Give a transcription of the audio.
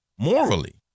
Morally